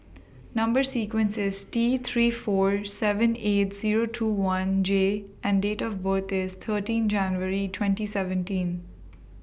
Number sequence IS T three four seven eight Zero two one J and Date of birth IS thirteen January twenty seventeen